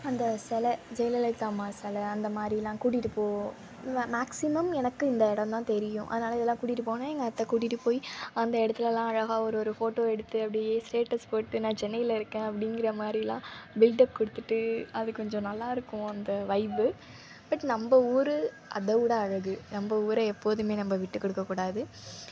அந்த செலை ஜெயலலிதா அம்மா செலை அந்த மாதிரிலாம் கூட்டிகிட்டு போ மே மேக்ஸிமம் எனக்கு இந்த இடம் தான் தெரியும் அதனால இதெல்லாம் கூட்டிகிட்டு போன்னு எங்கள் அத்தை கூட்டிகிட்டு போய் அந்த இடத்துல எல்லாம் அழகாக ஒரு ஒரு ஃபோட்டோ எடுத்து அப்படியே ஸ்டேட்டஸ் போட்டு நான் சென்னையில் இருக்கேன் அப்படிங்கிற மாதிரிலாம் பில்டப் கொடுத்துட்டு அது கொஞ்சம் நல்லா இருக்கும் அந்த வைப்பு பட் நம்ப ஊர் அதை விட அழகு நம்ப ஊரை எப்போதுமே நம்ப விட்டு கொடுக்க கூடாது